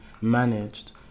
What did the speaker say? managed